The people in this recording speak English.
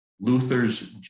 Luther's